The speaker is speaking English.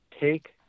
take